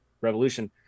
revolution